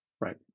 Right